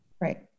Right